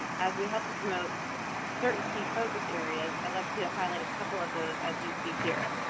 as we help to promote certain key focus areas. i'd like to to highlight a couple of those as you see here.